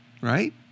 right